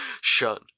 Shun